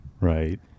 Right